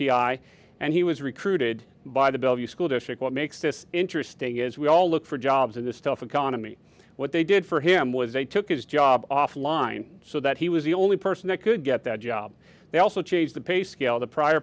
i and he was recruited by the bellevue school district what makes this interesting is we all look for jobs in this tough economy what they did for him was they took his job off line so that he was the only person that could get that job they also change the pay scale the prior